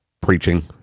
preaching